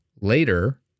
later